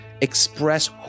express